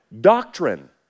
doctrine